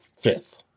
fifth